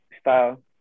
style